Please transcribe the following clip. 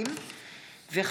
משה ארבל,